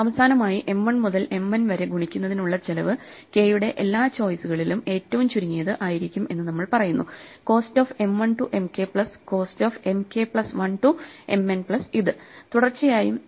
അവസാനമായി M 1 മുതൽ M n വരെ ഗുണിക്കുന്നതിനുള്ള ചെലവ് k യുടെ എല്ലാ ചോയിസുകളിലും ഏറ്റവും ചുരുങ്ങിയത് ആയിരിക്കും എന്ന് നമ്മൾ പറയുന്നുകോസ്റ്റ് of M 1 to M k plus cost of M k plus 1 to M n plus ഇത്